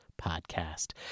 podcast